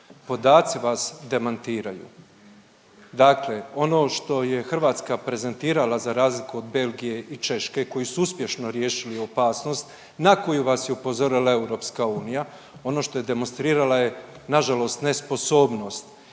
Podaci vas demantiraju. Dakle, ono što je Hrvatska prezentirala za razliku od Belgije i Češke koji su uspješno riješili opasnost na koju vas je upozorila EU ono što je demonstrirala je nažalost nesposobnost